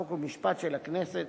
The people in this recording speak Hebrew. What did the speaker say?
חוק ומשפט של הכנסת